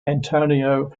antonio